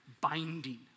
binding